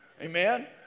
amen